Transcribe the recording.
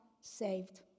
saved